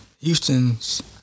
Houston's